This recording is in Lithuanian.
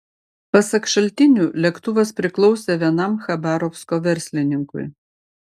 pasak šaltinių lėktuvas priklausė vienam chabarovsko verslininkui